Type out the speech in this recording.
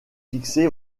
fixée